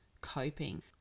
coping